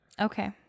Okay